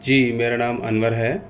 جی میرا نام انور ہے